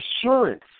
assurance